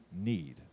need